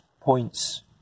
points